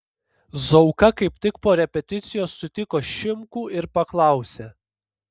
zauka kaip tik po repeticijos sutiko šimkų ir paklausė